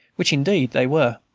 which indeed they were.